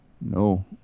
No